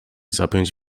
zapiąć